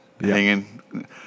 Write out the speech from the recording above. hanging